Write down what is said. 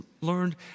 learned